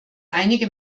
einige